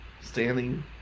standing